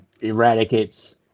eradicates